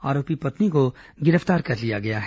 आरोपी पत्नी को गिरफ्तार कर लिया गया है